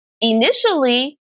initially